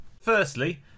Firstly